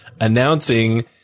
announcing